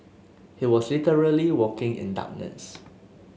he was literally walking in darkness